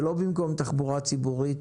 זה לא במקום תחבורה ציבורית,